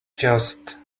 just